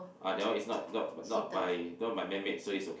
ah that one is not not not by not by man made so it's okay